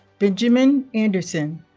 benjamin andersen